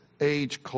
age